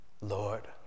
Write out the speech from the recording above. Lord